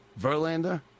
Verlander